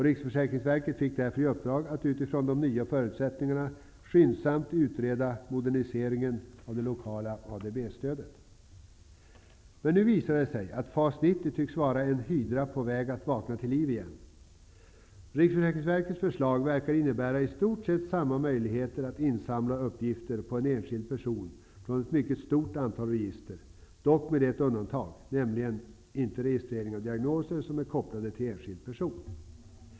Riksförsäkringsverket fick därför i uppdrag att utifrån de nya förutsättningarna skyndsamt utreda frågan om moderniseringen av det lokala ADB-stödet. Nu tycks FAS 90 vara en hydra som är på väg att vakna till liv igen. Riksförsäkringsverkets förslag verkar innebära i stort sett samma möjligheter att insamla uppgifter om en enskild person från ett mycket stort antal register -- dock med ett undantag: ingen registrering av diagnoser som är kopplade till enskild person.